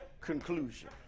conclusion